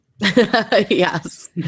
yes